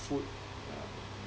food yeah